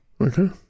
Okay